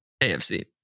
AFC